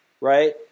Right